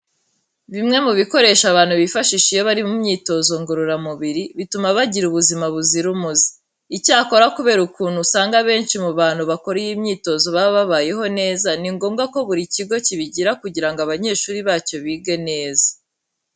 Bimwe mu bikoresho abantu bifashisha iyo bari mu myitozo ngororamubiri bituma bagira ubuzima buzira umuze. Icyakora kubera ukuntu usanga abenshi mu bantu bakora iyi myitozo baba babayeho neza ni ngombwa ko buri kigo kibigira kugira ngo abanyeshuri bacyo bige neza.